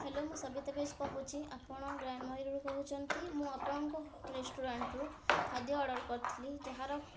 hello ମୁଁ ସବିତା ବେଶ କହୁଛି ଆପଣ ଗ୍ରାମ ରୁ କହୁଛନ୍ତି ମୁଁ ଆପଣଙ୍କୁ ରେଷ୍ଟୁରାଣ୍ଟ୍ରୁ ଖାଦ୍ୟ ଅର୍ଡ଼ର୍ କରିଥିଲି ଯାହାର